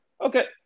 Okay